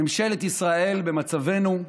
ממשלת ישראל במצבנו,